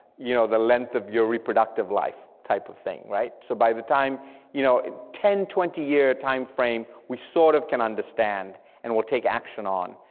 you know the length of your reproductive life type of thing, right. so by the time you know ten, twenty time frame, we sort of can understand and will take action on,